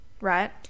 right